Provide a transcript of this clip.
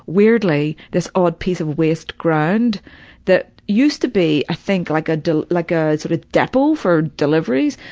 weirdly, this odd piece of waste ground that used to be, i think, like a del like a sort of depot for deliveries,